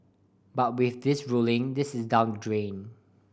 but with this ruling this is down drain